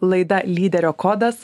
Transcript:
laida lyderio kodas